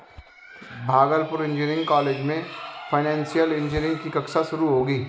Bhagalpur engineering college में financial engineering की कक्षा शुरू होगी